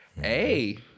hey